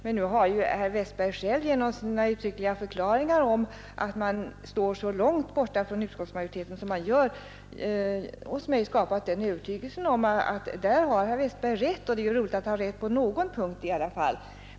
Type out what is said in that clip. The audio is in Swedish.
Men nu har ju herr Westberg själv, genom sina uttryckliga förklaringar om att man står så långt borta från utskottsmajoriteten som man gör, hos mig skapat övertygelsen att där har herr Westberg rätt. Och det är ju roligt att ha rätt på någon punkt i alla fall.